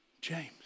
James